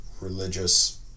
religious